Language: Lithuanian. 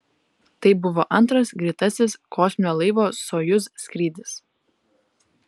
tai buvo antras greitasis kosminio laivo sojuz skrydis